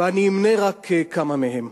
ואני אמנה רק כמה מהם.